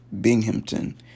Binghamton